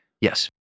Yes